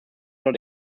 not